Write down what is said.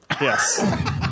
Yes